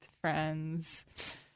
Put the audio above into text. friends